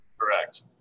Correct